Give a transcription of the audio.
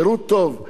אני רוצה,